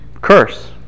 Curse